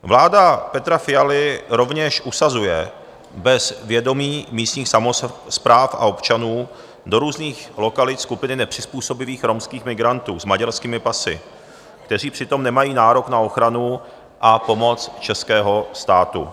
Vláda Petra Fialy rovněž usazuje bez vědomí místních samospráv a občanů do různých lokalit skupiny nepřizpůsobivých romských migrantů s maďarskými pasy, kteří přitom nemají nárok na ochranu a pomoc českého státu.